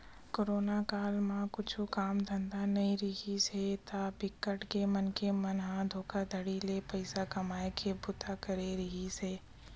corona काल म कुछु काम धंधा नइ रिहिस हे ता बिकट के मनखे मन ह धोखाघड़ी ले पइसा कमाए के बूता करत रिहिस हे